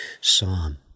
psalm